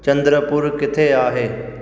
चंद्रपुर किथे आहे